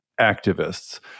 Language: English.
activists